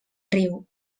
riu